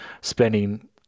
spending